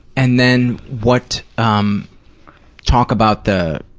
and then, what, um talk about the